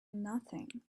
nothing